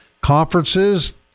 conferences